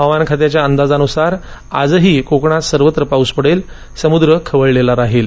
हवामान खात्याच्या अंदाजानुसार आजही कोकणात सर्वत्र पाऊस पडेलसमुद्र खवळलेला राहील